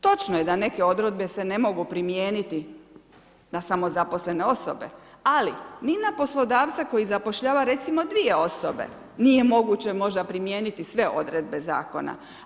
Točno je da neke odredbe se ne mogu primijeniti na samozaposlene osobe, ali ni na poslodavca koji zapošljava recimo dvije osobe nije moguće možda primijeniti sve odredbe zakona.